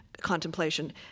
contemplation